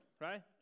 right